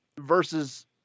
Versus